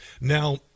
Now